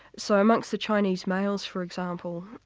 so amongst the chinese males for example,